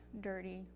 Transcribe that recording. dirty